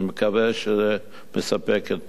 אני מקווה שזה מספק.